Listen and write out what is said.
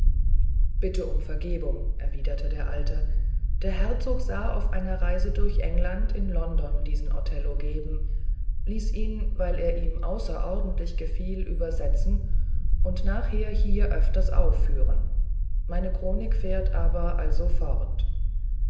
bitte um vergebung erwiderte der alte der herzog sah auf einer reise durch england in london diesen othello geben ließ ihn weil er ihm außerordentlich gefiel übersetzen und nachher hier öfter aufführen meine chronik fährt aber also fort